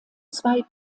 zwei